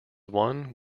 one